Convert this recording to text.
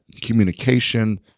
communication